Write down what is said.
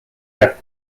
ear